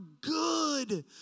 good